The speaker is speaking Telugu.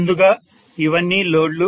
ముందుగా ఇవన్నీ లోడ్లు